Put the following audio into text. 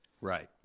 Right